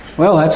well atul,